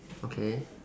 okay